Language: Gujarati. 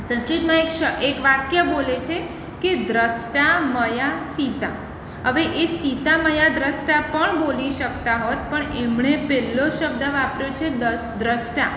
સંસ્કૃતમાં એક શ એક વાક્ય બોલે છે કે દ્રષ્ટા મયા સીતા હવે એ સીતા મયા દ્રષ્ટા પણ બોલી શકતા હોત પણ એમણે પહેલો શબ્દ વાપર્યો છે ડ્ર્સ દ્રષ્ટા